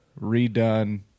redone